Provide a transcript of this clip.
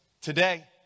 today